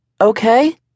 Okay